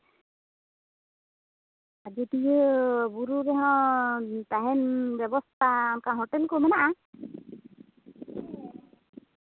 ᱟᱡᱚᱫᱤᱭᱟᱹ ᱵᱩᱨᱩ ᱨᱮᱦᱚᱸ ᱛᱟᱦᱮᱱ ᱵᱮᱵᱚᱥᱛᱟ ᱚᱱᱠᱟ ᱦᱳᱴᱮᱞ ᱠᱚ ᱢᱮᱱᱟᱜᱼᱟ